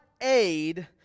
aid